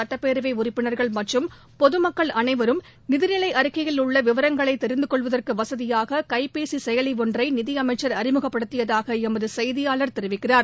சுட்டப்பேரவைஉறுப்பினர்கள் அரசுஅதிகாரிகள் மற்றும் பொதுமக்கள் அனைவரும் நிதிநிலைஅறிக்கையில் உள்ளவிவரங்களைதெரிந்துகொள்வதற்குவசதியாககைபேசிசெயலிஒன்றைநிதிஅமைச்சா் அறிமுகப்படுத்தியதாகளமதுசெய்தியாளர் தெரிவிக்கிறார்